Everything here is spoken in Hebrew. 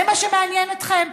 זה מה שמעניין אתכם?